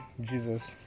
Jesus